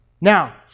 Now